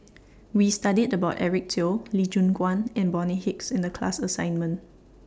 We studied about Eric Teo Lee Choon Guan and Bonny Hicks in The class assignment